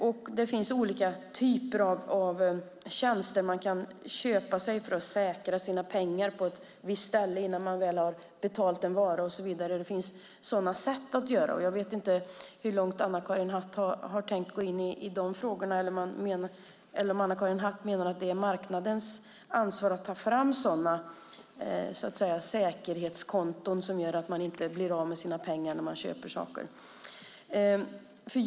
Man kan köpa olika tjänster för att säkra sina pengar på ett särskilt ställe innan man har betalat en vara. Jag vet inte hur långt Anna-Karin Hatt har tänkt gå in på de frågorna. Anna-Karin Hatt kanske menar att det är marknadens ansvar att ta fram sådana säkerhetskonton som gör att man inte helt blir av med sina pengar när man köper saker.